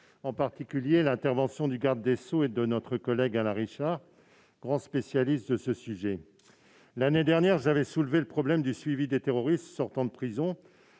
en particulier l'intervention du garde des sceaux et de notre collègue Alain Richard, grand spécialiste du sujet. L'année dernière, j'avais soulevé le problème du suivi des terroristes sortant de prison